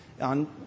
on